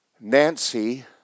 Nancy